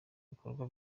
bikorwa